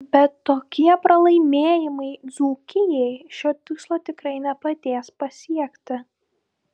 bet tokie pralaimėjimai dzūkijai šio tikslo tikrai nepadės pasiekti